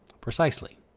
Precisely